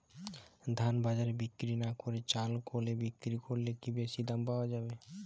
ধান বাজারে বিক্রি না করে চাল কলে বিক্রি করলে কি বেশী দাম পাওয়া যাবে?